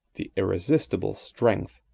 the irresistible strength,